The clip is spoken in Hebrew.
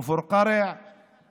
הם